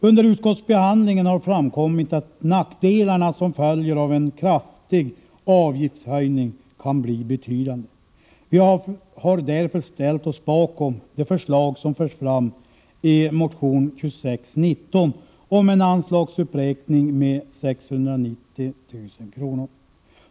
Under utskottsbehandlingen har framkommit att nackdelarna som följer av en kraftig avgiftshöjning kan bli betydande. Vi har därför ställt oss bakom det förslag som förs fram i motion 2619 om en anslagsuppräkning med 690 000 kr.